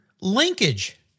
Linkage